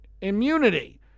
immunity